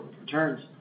returns